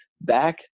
back